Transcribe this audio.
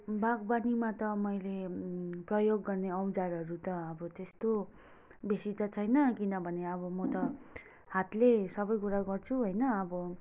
बागवानीमा त मैले प्रयोग गर्ने औजारहरू त आबो त्यस्तो बेसि त छैन किनभने अब म त हातले सबै कुरा गर्छु होइन अब